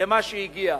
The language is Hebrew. למה שהיא הגיעה.